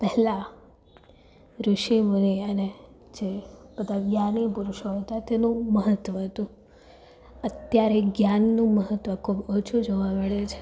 પહેલાં ઋષિમુની અને જે બધા જ્ઞાની પુરુષો હતા તેનું મહત્ત્વ હતું અત્યારે જ્ઞાનનું મહત્ત્વ ખૂબ ઓછું જોવા મળે છે